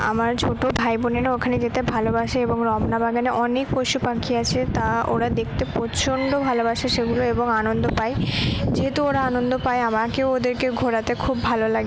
আমার ছোটো ভাই বোনেরা ওখানে যেতে ভালোবাসে এবং রমনা বাগানে অনেক পশু পাখি আছে তা ওরা দেখতে প্রচণ্ড ভালোবাসে সেগুলো এবং আনন্দ পায় যেহেতু ওরা আনন্দ পায় আমাকেও ওদেরকে ঘোরাতে খুব ভালো লাগে